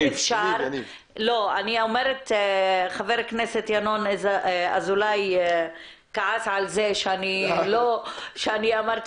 חבר הכנסת ינון אזולאי כעס על זה שאני אמרתי